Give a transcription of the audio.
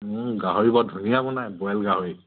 গাহৰি বৰ ধুনীয়া বনায় বইল গাহৰি